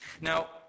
Now